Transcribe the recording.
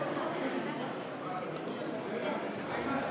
חבר הכנסת איימן עודה,